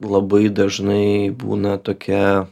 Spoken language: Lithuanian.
labai dažnai būna tokia